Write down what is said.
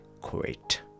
quit